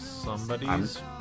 Somebody's